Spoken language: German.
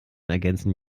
ergänzen